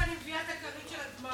תכף אני מביאה את הכרית של הדמעות.